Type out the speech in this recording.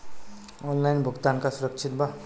Online भुगतान का सुरक्षित बा?